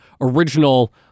original